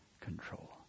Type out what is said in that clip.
control